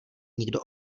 nikdo